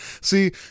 See